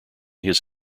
his